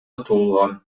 туулган